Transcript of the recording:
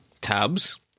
tabs